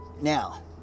Now